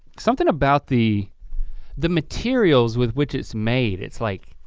something about the the materials with which it's made, it's like,